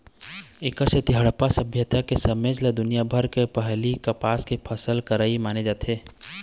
एखरे सेती हड़प्पा सभ्यता के समे ल दुनिया भर म पहिली कपसा के फसल करइया माने जाथे